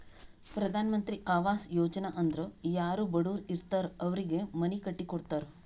ಪ್ರಧಾನ್ ಮಂತ್ರಿ ಆವಾಸ್ ಯೋಜನಾ ಅಂದುರ್ ಯಾರೂ ಬಡುರ್ ಇರ್ತಾರ್ ಅವ್ರಿಗ ಮನಿ ಕಟ್ಟಿ ಕೊಡ್ತಾರ್